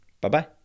Bye-bye